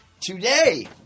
Today